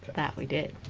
that we did